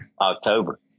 October